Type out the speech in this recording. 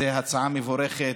זאת הצעה מבורכת.